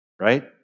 right